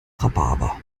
rhabarber